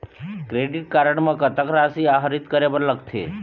Credit card म कतक राशि आहरित करे बर लगथे?